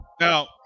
now